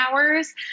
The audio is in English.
hours